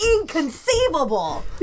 inconceivable